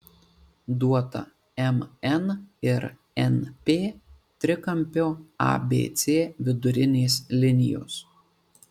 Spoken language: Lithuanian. duota mn ir np trikampio abc vidurinės linijos